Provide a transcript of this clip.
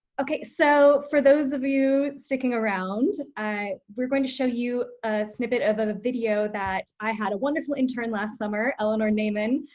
okay, so for those of you sticking around, we're going to show you a snippet of of a video that i had a wonderful intern last summer, eleanor naiman,